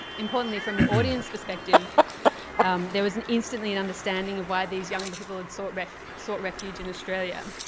importantly from the audience perspective there is an instantly and understanding of why these young people had sought refuge sought refuge in australia.